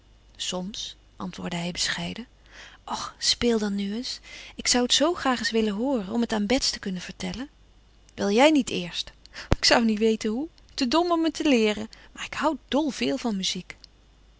soms antwoordde hij bescheiden och speel dan nu eens ik zou t zoo graag eens willen hooren om het aan bets te kunnen vertellen wil jij niet eerst ik zou niet weten hoe te dom om t te leeren maar ik houd dol veel van muziek